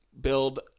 build